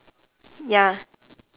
ya